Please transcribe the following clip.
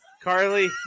Carly